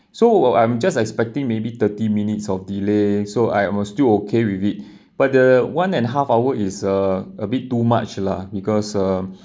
so while I'm just expecting maybe thirty minutes of delay so I'm still okay with it but the one and half hour is a a bit too much lah because um